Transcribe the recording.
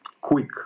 Quick